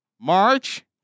March